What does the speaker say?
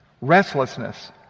restlessness